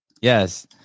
yes